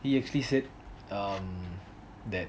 he actually said um that